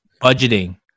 budgeting